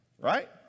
right